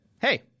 hey